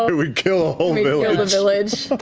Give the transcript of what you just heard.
ah we kill a whole village.